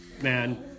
Man